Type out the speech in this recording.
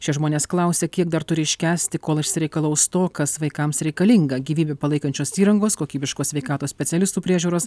šie žmonės klausia kiek dar turi iškęsti kol išsireikalaus to kas vaikams reikalinga gyvybę palaikančios įrangos kokybiškos sveikatos specialistų priežiūros